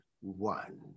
one